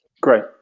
Great